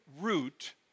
root